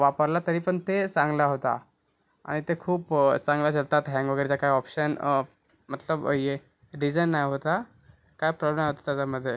वापरला तरी पण ते चांगला होता आणि ते खूप चांगलं चालतात हँग वगैरेचा काय ऑप्शन मतलब आहे रिजन नाही होता काय प्रॉब्ले नाही होत त्याचामध्ये